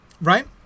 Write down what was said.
right